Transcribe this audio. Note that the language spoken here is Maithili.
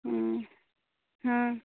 हँ हँ